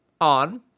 on